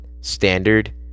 standard